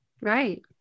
Right